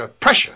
pressure